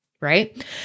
right